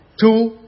Two